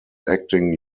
acting